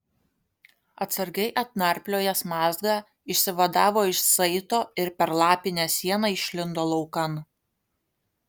atsargiai atnarpliojęs mazgą išsivadavo iš saito ir per lapinę sieną išlindo laukan